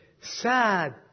sad